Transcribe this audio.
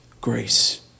grace